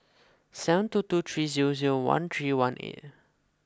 seven two two three zero zero one three one eight